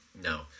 No